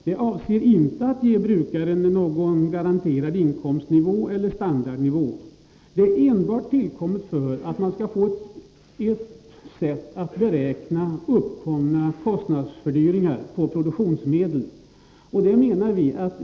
Det avser inte att ge brukaren någon garanterad inkomstnivå eller standardnivå. Det är tillkommet enbart för att man skall få till stånd en metod att beräkna uppkomna kostnadsökningar på produktionsmedlen.